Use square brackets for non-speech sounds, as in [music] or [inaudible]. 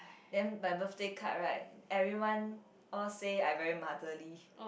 then my birthday card right everyone all say I very motherly [laughs]